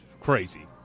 crazy